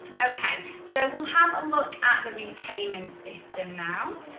okay, so we'll have a look at the repayment system now.